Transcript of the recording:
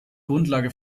grundlage